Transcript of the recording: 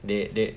they they